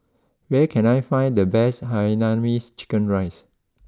where can I find the best Hainanese Chicken Rice